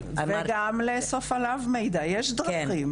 וממשיך לעודד חימוש אזרחי.